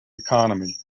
economy